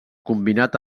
combinat